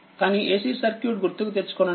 కానీAC circuit గుర్తుకు తెచ్చుకొనండి